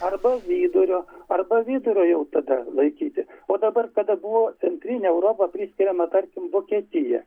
arba vidurio arba vidurio jau tada laikyti o dabar kada buvo centrinė europa priskiriama tarkim vokietija